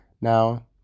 now